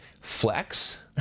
flex